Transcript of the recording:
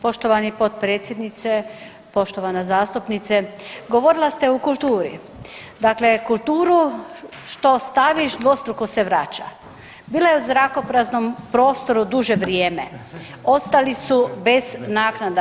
Poštovani potpredsjedniče, poštovana zastupnice govorila ste o kulturi, dakle, kulturu što ostaviš dvostruko se vraća, bila u zrakopraznom prostoru duže vrijeme, ostali su bez naknada.